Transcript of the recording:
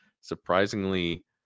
surprisingly